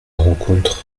rencontrent